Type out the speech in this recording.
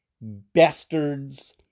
bastards